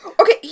Okay